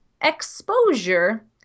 exposure